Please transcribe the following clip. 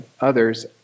others